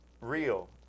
real